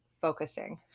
focusing